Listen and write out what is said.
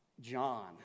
John